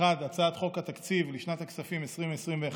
1. הצעת חוק התקציב לשנת הכספים 2021,